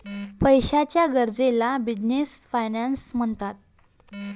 पैशाच्या गरजेला business finance म्हणतात